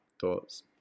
thoughts